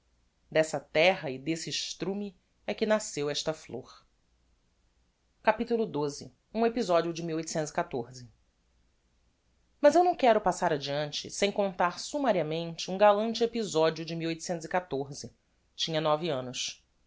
dessa terra e desse estrume é que nasceu esta flôr capitulo xii um episodio de mas eu não quero passar adeante sem contar summariamente um galante episodio de tinha nove annos